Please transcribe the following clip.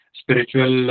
spiritual